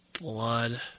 blood